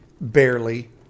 Barely